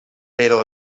però